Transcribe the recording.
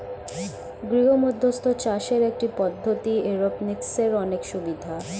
গৃহমধ্যস্থ চাষের একটি পদ্ধতি, এরওপনিক্সের অনেক সুবিধা